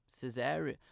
Caesarea